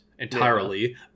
entirely